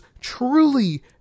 truly